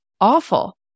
awful